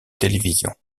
télévision